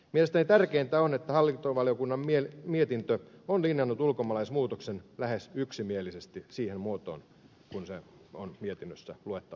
mielestäni tärkeintä on että hallintovaliokunnan mietintö on linjannut ulkomaalaislainmuutoksen lähes yksimielisesti siihen muotoon kuin se on mietinnössä luettavissa